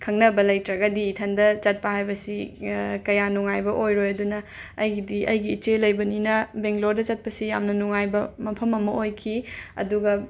ꯈꯪꯅꯕ ꯂꯩꯇ꯭ꯔꯒꯗꯤ ꯏꯊꯟꯗ ꯆꯠꯄ ꯍꯥꯏꯕꯁꯤ ꯀꯌꯥ ꯅꯨꯡꯉꯥꯏꯕ ꯑꯣꯏꯔꯣꯏ ꯑꯗꯨꯅ ꯑꯩꯒꯤꯗꯤ ꯑꯩꯒꯤ ꯏꯆꯦ ꯂꯩꯕꯅꯤꯅ ꯕꯦꯡꯂꯣꯔꯗ ꯆꯠꯄꯁꯤ ꯌꯥꯝꯅ ꯅꯨꯡꯉꯥꯏꯕ ꯃꯐꯝ ꯑꯃ ꯑꯣꯏꯈꯤ ꯑꯗꯨꯒ